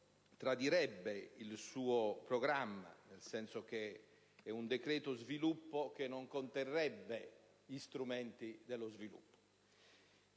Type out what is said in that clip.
tradirebbe il suo programma, nel senso che si tratta di un decreto sviluppo che non conterrebbe gli strumenti dello sviluppo.